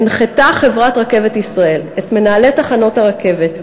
הנחתה חברת "רכבת ישראל" את מנהלי תחנות הרכבת,